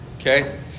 okay